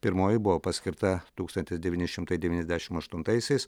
pirmoji buvo paskirta tūkstantis devyni šimtai devyniasdešimt aštuntaisiais